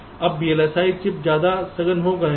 अब VLSI chips ज्यादा सघन हो गए हैं